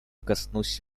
коснусь